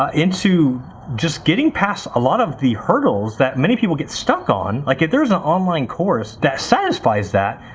ah into just getting past a lot of the hurdles that many people get stuck on, like if there's an online course that satisfies that,